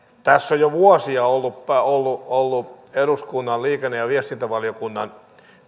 on jo vuosia ollut ollut eduskunnan liikenne ja viestintävaliokunnan